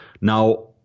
now